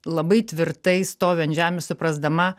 labai tvirtai stoviu ant žemės suprasdama